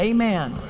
Amen